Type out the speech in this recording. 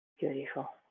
Beautiful